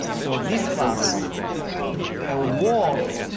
so this was a war